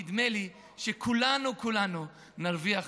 נדמה לי שכולנו, כולנו, נרוויח